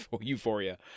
Euphoria